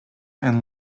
and